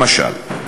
למשל,